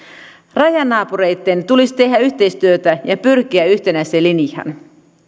rajanaapureitten tulisi tehdä yhteistyötä ja pyrkiä yhtenäiseen linjaan